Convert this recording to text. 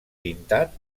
pintat